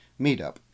meetup